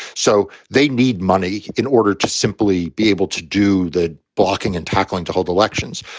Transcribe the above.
so they need money in order to simply be able to do the blocking and tackling to hold elections.